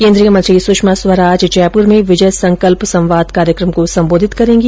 केन्द्रीय मंत्री सुषमा स्वराज भी जयपुर में विजय संकल्प संवाद कार्यक्रम को सम्बोधित करेंगी